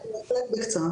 בהחלט.